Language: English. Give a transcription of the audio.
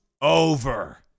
over